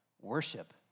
worship